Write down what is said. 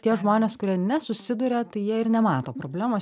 tie žmonės kurie nesusiduria tai jie ir nemato problemos